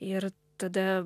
ir tada